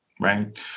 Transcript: right